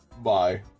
bye